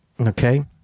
Okay